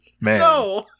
Man